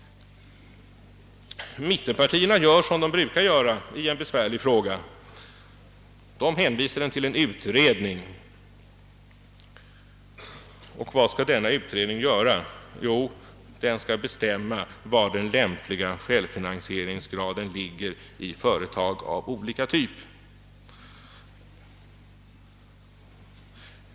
Mittenpartierna gör som de brukar göra i en besvärlig fråga: de hänvisar den till en utredning. Vad skall denna utredning uträtta? Jo, den skall bestämma var den lämpliga självfinansieringsgraden ligger i företag av olika typ.